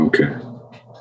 Okay